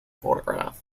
photograph